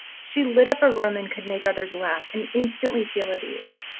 she lit up a room and could make others laugh and instantly feel at ease.